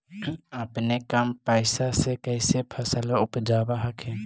अपने कम पैसा से कैसे फसलबा उपजाब हखिन?